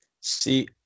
See